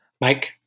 Mike